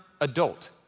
adult